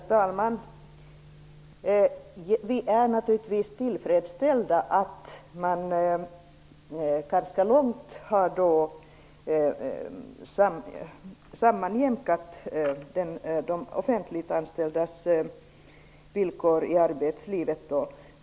Herr talman! Vi är naturligtvis tillfredsställda med att man ganska långt har sammanjämkat de offentliganställdas villkor i arbetslivet.